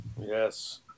yes